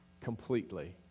completely